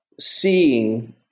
seeing